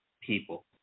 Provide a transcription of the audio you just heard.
people